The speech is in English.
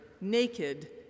naked